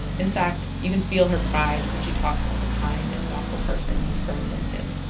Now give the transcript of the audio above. in fact, you can feel her pride when she talks about the kind and thoughtful person he is growing into.